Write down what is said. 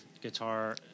guitar